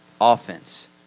offense